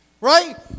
Right